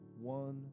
one